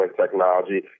technology